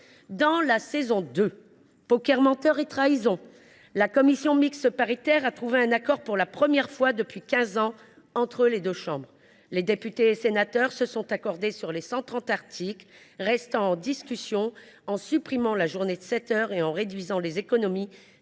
Dans la saison 2,, la commission mixte paritaire est parvenue à un accord pour la première fois depuis quinze ans entre les deux chambres. Les députés et sénateurs se sont accordés sur les 130 articles restant en discussion en supprimant la journée de sept heures et en réduisant les économies